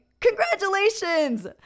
congratulations